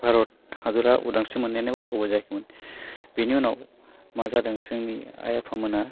भारत हादरा उदांस्रि मोन्नायानो बारा गोबाव जायाखैमोन बेनि उनाव मा जादों जोंनि आइ आफामोनहा